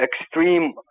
extreme